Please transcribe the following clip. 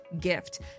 gift